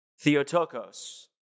Theotokos